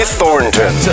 Thornton